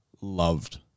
loved